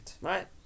Right